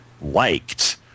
liked